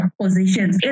positions